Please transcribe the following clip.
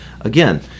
again